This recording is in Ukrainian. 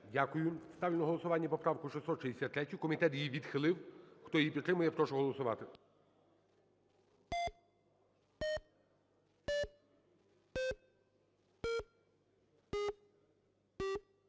Дякую. Ставлю на голосування поправку 663. Комітет її відхилив. Хто її підтримує, я прошу голосувати.